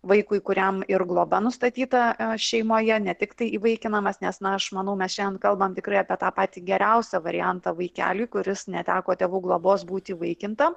vaikui kuriam ir globa nustatyta šeimoje ne tiktai įvaikinamas nes na aš manau mes šiandien kalbam tikrai apie tą patį geriausią variantą vaikeliui kuris neteko tėvų globos būti įvaikintam